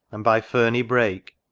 and by ferny brake.